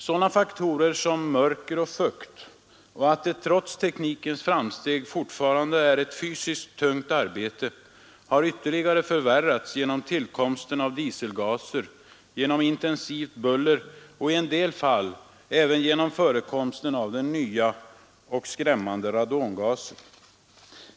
Sådana faktorer som mörker och fukt och att det trots teknikens framsteg fortfarande är ett fysiskt mycket tungt arbete har ytterligare förvärrats genom tillkomsten av dieselgaser, intensivt buller och i en del fall även genom förekomsten av den nya och skrämmande radongasen.